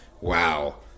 wow